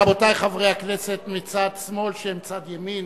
רבותי חברי הכנסת מצד שמאל של צד ימין,